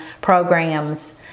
programs